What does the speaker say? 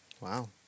Wow